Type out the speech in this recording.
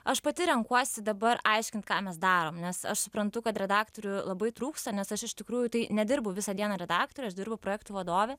aš pati renkuosi dabar aiškint ką mes darom nes aš suprantu kad redaktorių labai trūksta nes aš iš tikrųjų tai nedirbu visą dieną redaktore aš dirbu projektų vadove